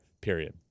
period